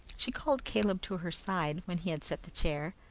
she called caleb to her side, when he had set the chair,